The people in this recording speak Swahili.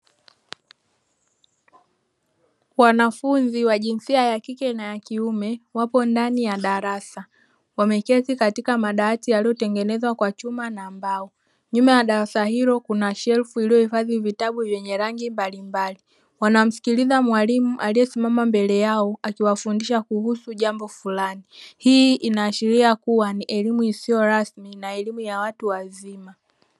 Wanafunzi wa jinsia ya kike na ya kiume wapo ndani ya darasa, wameketi katika madawati yaliyotengenezwa kwa chuma na mbao, nyuma ya darasa hilo kuna shelfu iliyohifadhi vitabu vyenye rangi mbalimbali. Wanamsikiliza mwalimu aliyesimama mbele yao akiwafundisha kuhusu jambo fulani, hii inaashiria kuwa ni elimu isiyo rasmi na elimu ya watu wazima.